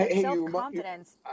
Self-confidence